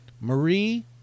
Marie